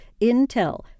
Intel